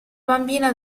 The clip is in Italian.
bambina